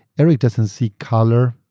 aeuroeeric doesnaeurt see color.